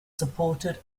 supported